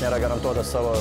nėra garantuotas savo